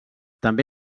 també